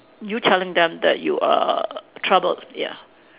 you telling them that you are troubled ya